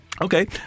Okay